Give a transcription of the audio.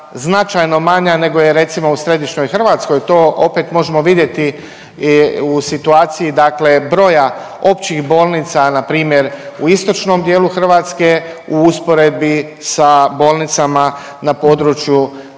značajno manja nego je recimo u središnjoj Hrvatskoj. To opet možemo vidjeti i u situaciji dakle broja općih bolnica npr. u istočnom dijelu Hrvatske u usporedbi sa bolnicama na području Dalmacije,